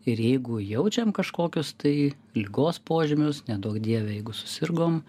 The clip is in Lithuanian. ir jeigu jaučiam kažkokius tai ligos požymius neduok dieve jeigu susirgom